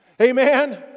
Amen